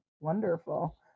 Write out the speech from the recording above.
wonderful